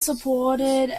supported